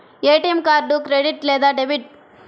ATM card credit లేదా debit?